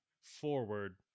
forward